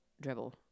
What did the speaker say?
dribble